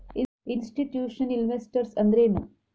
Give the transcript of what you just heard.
Institutional investors ಅಂದ್ರೇನು?